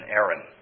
Aaron